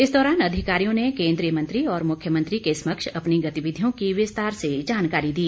इस दौरान अधिकारियों ने केन्द्रीय मंत्री और मुख्यमंत्री के समक्ष अपनी गतिविधियों की विस्तार से जानकारी दी